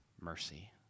mercy